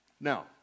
Now